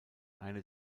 einer